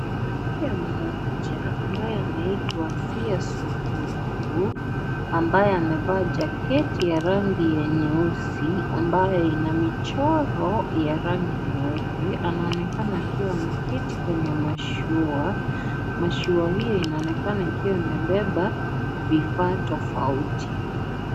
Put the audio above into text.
Mwanamke mmoja ambaye anaitwa Siha Suluhu ambaye amevaa jaketi ya rangi ya nyeusi, ambaye ina michoro ya rangi nyeupe anaonekana akiwa anaketi kwenye mashua, mashua hiyo inaonekana ikiwa imebeba vifaa tofauti.